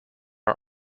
are